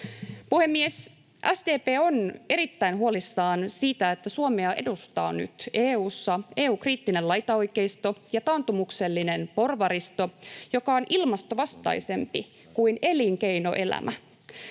Puhemies! SDP on erittäin huolissaan siitä, että Suomea edustaa nyt EU:ssa EU-kriittinen laitaoikeisto ja taantumuksellinen porvaristo, joka on ilmastovastaisempi kuin elinkeinoelämä.